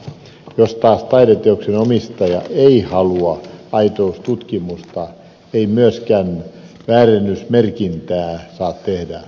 jos taas taideteoksen omistaja ei halua aitoustutkimusta ei myöskään väärennösmerkintää saa tehdä